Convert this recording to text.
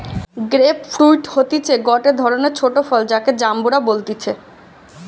grape fruit হতিছে গটে ধরণের ছোট ফল যাকে জাম্বুরা বলতিছে